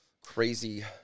crazy